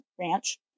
ranch